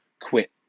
quit